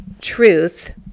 truth